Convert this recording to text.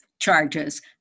charges